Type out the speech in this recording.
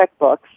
checkbooks